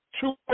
two